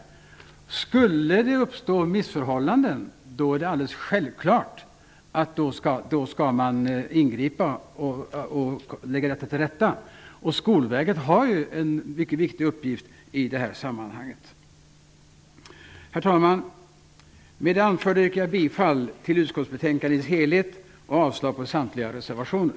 Om det skulle uppstå missförhållanden skall man självfallet ingripa och lägga detta till rätta. Skolverket har en mycket viktig uppgift i det här sammanhanget. Herr talman! Med det anförda yrkar jag bifall till hemställan i utskottsbetänkandet i dess helhet och avslag på samtliga reservationer.